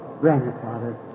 grandfather